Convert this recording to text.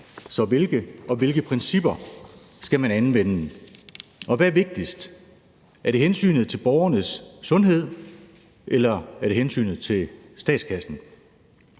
så hvilke, og hvilke principper skal man anvende? Og hvad er vigtigst? Er det hensynet til borgernes sundhed, eller er det hensynet til statskassen?